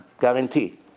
Guarantee